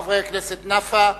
חבר הכנסת נפאע,